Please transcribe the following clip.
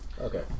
Okay